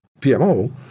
PMO